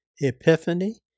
Epiphany